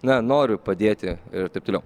na noriu padėti ir taip toliau